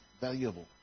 valuable